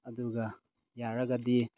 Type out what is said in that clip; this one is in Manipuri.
ꯑꯗꯨꯒ ꯌꯥꯔꯒꯗꯤ